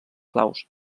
claus